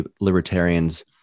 libertarians